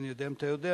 איני יודע אם אתה יודע,